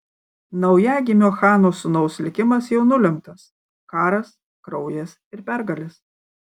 naujagimio chano sūnaus likimas jau nulemtas karas kraujas ir pergalės